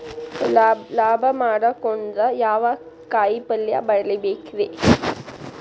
ಲಾಭ ಮಾಡಕೊಂಡ್ರ ಯಾವ ಕಾಯಿಪಲ್ಯ ಬೆಳಿಬೇಕ್ರೇ?